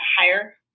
hire